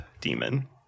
demon